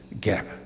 gap